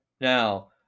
Now